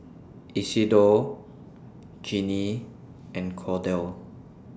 Isidore Jeannine and Cordell